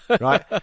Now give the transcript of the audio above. right